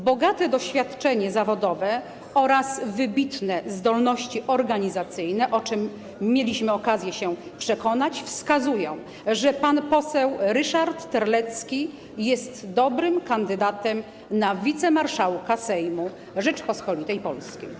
Bogate doświadczenie zawodowe oraz wybitne zdolności organizacyjne, o czym mieliśmy okazję się przekonać, wskazują, że pan poseł Ryszard Terlecki jest dobrym kandydatem na wicemarszałka Sejmu Rzeczypospolitej Polskiej.